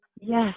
Yes